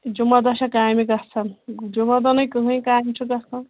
تہٕ جُمعہ دۄہ چھا کامہِ گژھان جُمعہ دۄہ نَے کٕہۭنۍ کامہِ چھُ گژھان